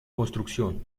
construcción